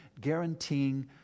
guaranteeing